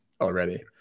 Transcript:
already